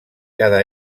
cada